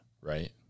right